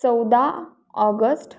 चौदा ऑगस्ट